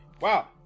Wow